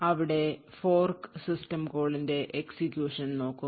അവിടെ fork system കോളിന്റെ execution നോക്കും